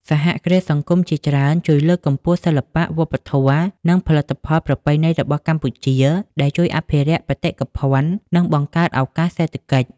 សហគ្រាសសង្គមជាច្រើនជួយលើកកម្ពស់សិល្បៈ វប្បធម៌ និងផលិតផលប្រពៃណីរបស់កម្ពុជា ដែលជួយអភិរក្សបេតិកភណ្ឌ និងបង្កើតឱកាសសេដ្ឋកិច្ច។